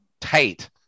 tight